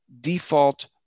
default